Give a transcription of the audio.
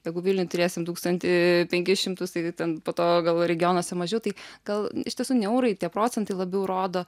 jeigu vilniuj turėsim tūkstantį penkis šimtus tai ten po to gal regionuose mažiau tai gal iš tiesų ne eurai tie procentai labiau rodo